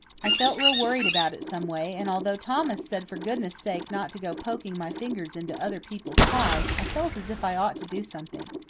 i felt real worried about it, someway, and although thomas said for goodness' sake not to go poking my fingers into other people's pies, i felt as if i ought to do something.